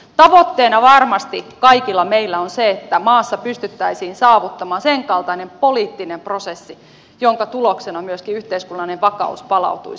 tavoitteena varmasti kaikilla meillä on se että maassa pystyttäisiin saavuttamaan senkaltainen poliittinen prosessi jonka tuloksena myöskin yhteiskunnallinen vakaus palautuisi